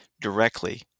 directly